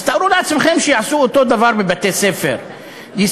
אז תארו לכם שיעשו אותו דבר בבתי-ספר יסודיים,